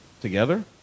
Together